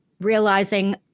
realizing